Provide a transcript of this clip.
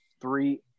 three